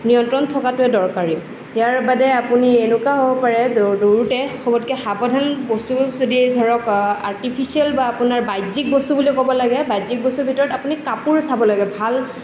নিয়ন্ত্ৰণ থকাটোৱেই দৰকাৰী ইয়াৰ বাদে আপুনি এনেকুৱা হ'ব পাৰে দৌ দৌৰোতে চবতকৈ সাৱধান বস্তুটো যদি ধৰক আৰ্টিফিচ্যিয়েল বা আপোনাৰ বাহ্যিক বস্তু বুলি ক'ব লাগে বাহ্যিক বস্তুৰ ভিতৰত আপুনি কাপোৰ চাব লাগে ভাল